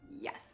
Yes